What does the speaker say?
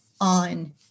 on